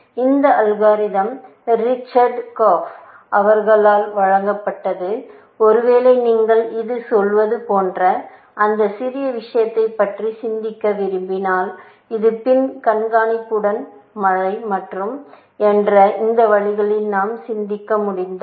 அந்த algorithms Richard Korf அவர்களால் வழங்கப்பட்டது ஒருவேளை நீங்கள் இது சொல்வது போன்ற அந்த சிறிய விஷயத்தைப் பற்றி சிந்திக்க விரும்பினால் இது பின் கண்காணிப்புடன் மலை ஏறும் என்ற அந்த வழிகளில் நாம் சிந்திக்க முடிந்தால்